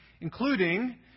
including